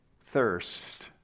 thirst